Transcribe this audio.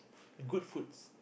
good foods